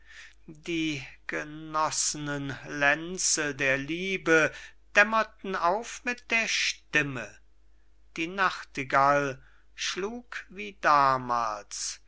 die genossenen lenze der liebe dämmerten auf mit der stimme die nachtigall schlug wie damals